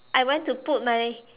I went to put my